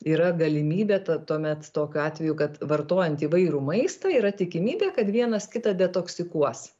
yra galimybė tuomet tokiu atveju kad vartojant įvairų maistą yra tikimybė kad vienas kitą detoksikuos